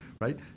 right